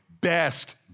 best